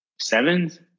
sevens